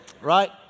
Right